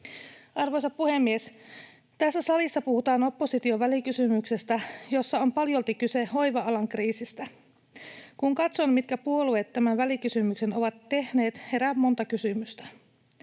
Arvoisa puhemies! Tässä salissa puhutaan opposition välikysymyksestä, jossa on paljolti kyse hoiva-alan kriisistä. Kun katson, mitkä puolueet tämän välikysymyksen ovat tehneet, herää monta kysymystä.